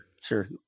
Sure